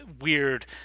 weird